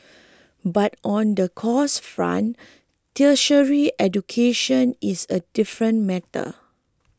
but on the cost front tertiary education is a different matter